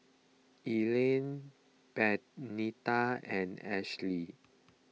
Elian Benita and Ashly